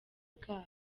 bwabo